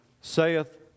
saith